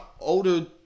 older